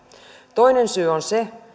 toinen syy on se